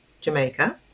Jamaica